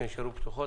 שנשארו פתוחות.